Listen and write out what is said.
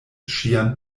ŝian